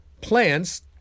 plants